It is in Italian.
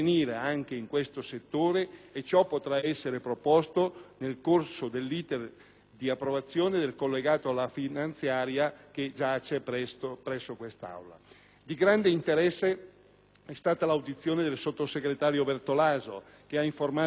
Di grande interesse è stata l'audizione del sottosegretario Bertolaso che ha informato la Commissione relativamente ai lavori di preparazione del G8 presso l'isola della Maddalena,